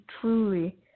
truly